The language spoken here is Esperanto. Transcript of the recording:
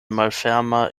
malferma